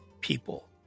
people